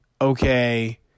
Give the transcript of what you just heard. okay